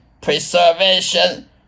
preservation